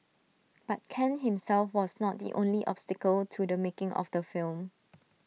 but Khan himself was not the only obstacle to the making of the film